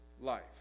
life